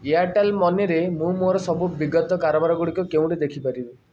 Airtel ମନିରେ ମୁଁ ମୋର ସବୁ ବିଗତ କାରବାର ଗୁଡ଼ିକ କେଉଁଠି ଦେଖିପାରିବି